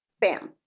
bam